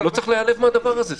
לא צריך להיעלב מהדבר הזה.